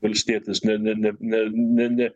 valstietis ne ne ne ne ne ne